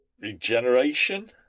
Regeneration